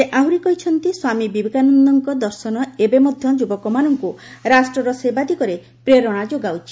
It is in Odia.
ସେ ଆହୁରି କହିଛନ୍ତି ସ୍ୱାମୀ ବିବେକାନନ୍ଦଙ୍କ ଦର୍ଶନ ଏବେ ମଧ୍ୟ ଯୁବକମାନଙ୍କୁ ରାଷ୍ଟ୍ରର ସେବା ଦିଗରେ ପ୍ରେରଣା ଯୋଗାଉଛି